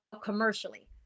commercially